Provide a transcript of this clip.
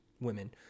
women